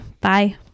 Bye